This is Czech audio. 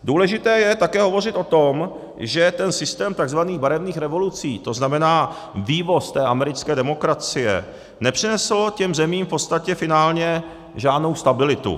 Důležité je také hovořit o tom, že ten systém takzvaných barevných revolucí, to znamená vývoz té americké demokracie, nepřinesl těm zemím v podstatě finálně žádnou stabilitu.